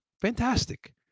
Fantastic